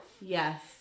yes